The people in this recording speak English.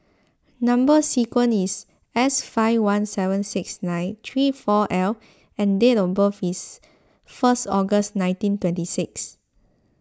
Number Sequence is S five one seven six nine three four L and date of birth is first August nineteen twenty six